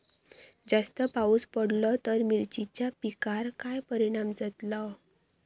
जास्त पाऊस पडलो तर मिरचीच्या पिकार काय परणाम जतालो?